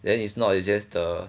then it's not it's just the